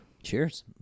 cheers